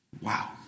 Wow